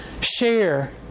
share